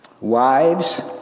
Wives